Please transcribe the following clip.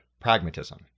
pragmatism